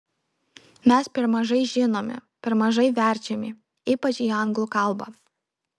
mes per mažai žinomi per mažai verčiami ypač į anglų kalbą